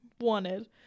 wanted